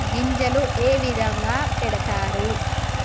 గింజలు ఏ విధంగా పెడతారు?